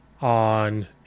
on